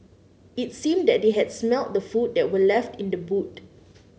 it seemed that they had smelt the food that were left in the boot